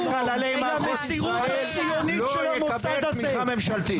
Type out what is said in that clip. למסירות הציונית של המוסד הזה,